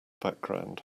background